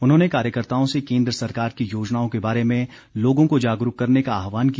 उन्होंने कार्यकर्ताओं से केन्द्र सरकार की योजनाओं के बारे में लोगों को जागरूक करने का आहवान किया